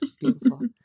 beautiful